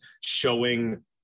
showing